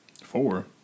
Four